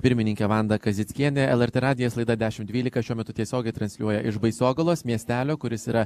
pirmininkė vanda kazickienė lrt radijo laida dešimt dvylika šiuo metu tiesiogiai transliuoja iš baisogalos miestelio kuris yra